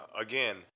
again